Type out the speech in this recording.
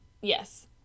Yes